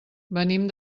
venim